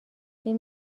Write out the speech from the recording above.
این